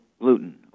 gluten